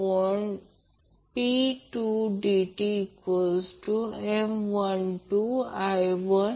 तर1√LC √ RL 2 L C RC 2 L C मिळेल